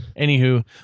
Anywho